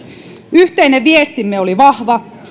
yhteinen viestimme oli vahva